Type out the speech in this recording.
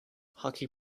hockey